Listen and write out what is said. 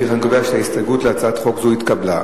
לפיכך, אני קובע שההסתייגות להצעת חוק זו התקבלה.